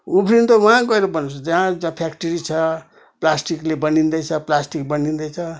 उफ्रिनु त वहाँ गएर पर्छ जहाँ जहाँ फ्याक्ट्री छ प्लास्टिकले बनिँदैछ प्लास्टिक बनिँदैछ